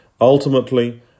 Ultimately